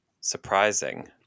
surprising